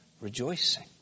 rejoicing